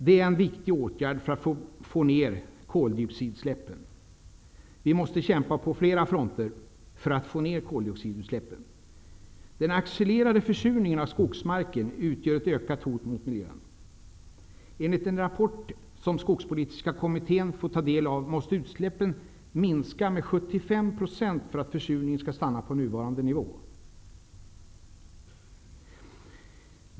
Det är en viktig åtgärd för att minska koldioxidutsläppen. Vi måste kämpa på flera fronter för att koldioxidutsläppen skall minska. Den accelererande försurningen av skogsmarken utgör ett ökat hot mot miljön. Enligt en rapport som skogspolitiska kommittén fått ta del av måste utsläppen minska med 75 % för att försurningen skall stanna på nuvarande nivå.